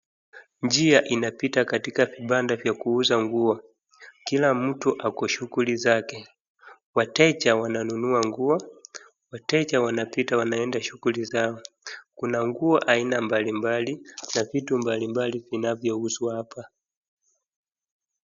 Njia inapita katika vibanda vya kuuza nguo. Kila mtu ako shughuli zake wateja wananunua nguo wateja wanapita wanaenda shughuli zao. Kuna nguo aina mbalimbali na vitu mbali mbali vinayouzwa hapa.